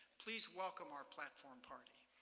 please welcome our platform party.